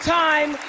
time